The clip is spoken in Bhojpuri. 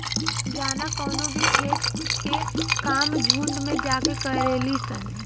जाना कवनो भी खेत के काम झुंड में जाके करेली सन